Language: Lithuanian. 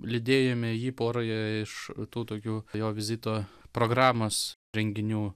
lydėjome jį poroje iš tų tokių jo vizito programos renginių